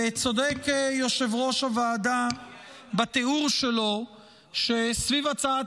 וצודק יושב-ראש הוועדה בתיאור שלו שסביב הצעת